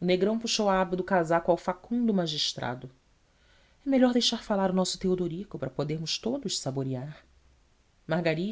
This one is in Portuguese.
o negrão puxou a aba do casaco ao facundo magistrado e melhor deixar falar o nosso teodorico para podermos todos saborear margaride